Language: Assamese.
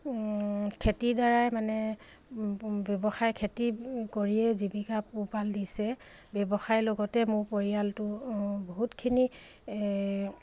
খেতিৰ দ্বাৰাই মানে ব্যৱসায় খেতি কৰিয়ে জীৱিকা পোহপাল দিছে ব্যৱসায়ৰ লগতে মোৰ পৰিয়ালটো বহুতখিনি